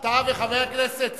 אתה וחבר הכנסת סער,